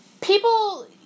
People